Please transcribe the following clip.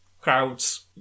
crowds